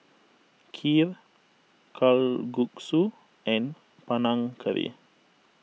Kheer Kalguksu and Panang Curry